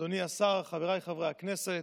אדוני השר, חבריי חברי הכנסת,